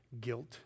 guilt